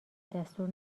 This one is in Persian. دستور